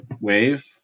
wave